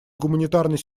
гуманитарной